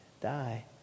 die